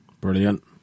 Brilliant